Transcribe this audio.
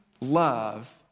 love